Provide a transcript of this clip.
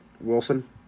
Wilson